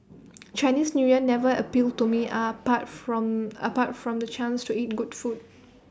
Chinese New Year never appealed to me apart from apart from the chance to eat good food